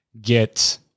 get